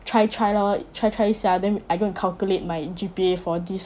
try try lor try try 一下 then I go and calculate my G_P_A for this